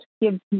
give